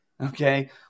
okay